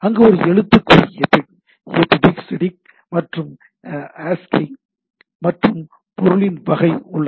அங்கு ஒரு எழுத்துக்குறி EBCDIC மற்றும் ASCII மற்றும் பொருளின் வகை உள்ளது